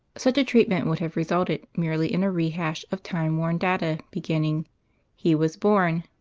such a treatment would have resulted merely in a rehash of time-worn data beginning he was born,